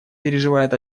переживает